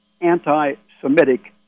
anti-Semitic